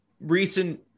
recent